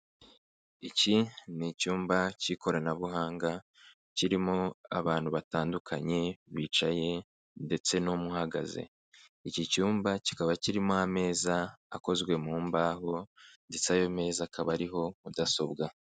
Iki ni icyumba cy'ikoranabuhanga, kirimo abantu batandukanye, bicaye ndetse n'umwe uhagaze. Iki cyumba kikaba kirimo ameza akozwe mu mbaho ndetse ayo meza akaba ariho mudasobwa.